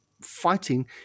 fighting